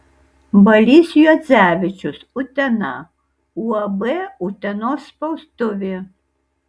balys juodzevičius utena uab utenos spaustuvė